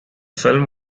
film